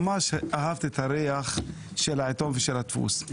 ממש אהבתי את הריח של העיתון ושל הדפוס.